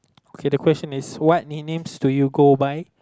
okay the question is what nicknames do you go by